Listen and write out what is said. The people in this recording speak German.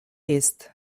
ist